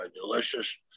delicious